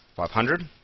five hundred.